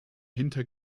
hinter